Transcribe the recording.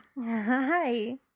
Hi